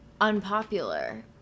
unpopular